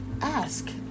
ask